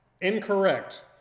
incorrect